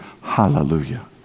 Hallelujah